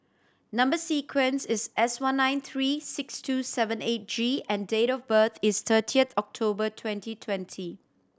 number sequence is S one nine three six two seven eight G and date of birth is thirtieth October twenty twenty